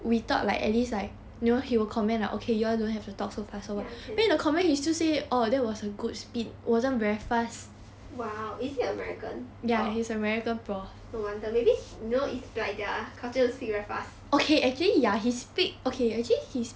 ya can !wow! is he american prof no wonder maybe you know is like their culture to speak very fast